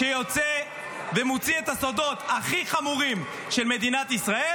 שיוצא ומוציא את הסודות הכי חמורים של מדינת ישראל,